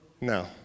No